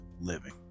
living